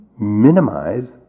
minimize